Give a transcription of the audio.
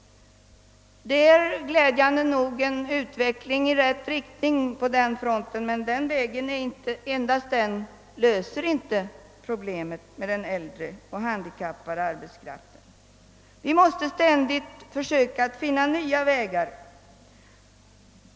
Där har det skett en utveckling till det bättre och vi väntar oss mycket av den utredning som nu pågår. Men vi löser inte problemen för den äldre och den handikappade arbetskraften bara genom att gå den vägen. Vi måste ständigt försöka finna nya vägar.